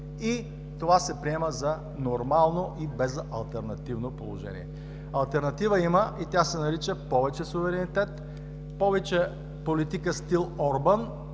и това се приема за нормално и безалтернативно положение. Алтернатива има и тя се нарича повече суверенитет, повече политика стил Орбан,